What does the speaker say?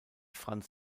franz